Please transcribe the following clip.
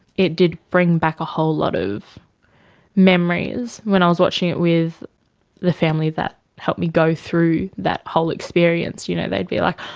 it did bring back a whole lot of memories. when i was watching it with the family that helped me go through that whole experience, you know they'd be like, oh,